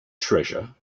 treasure